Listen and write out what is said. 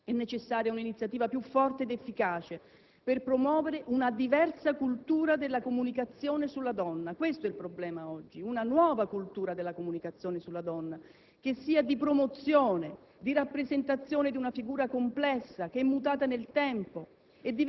È necessaria un'iniziativa più forte ed efficace per promuovere una diversa cultura della comunicazione sulla donna. Questo è oggi il problema: una nuova cultura della comunicazione sulla donna che sia di promozione, di rappresentazione di una figura complessa, che è mutata nel tempo,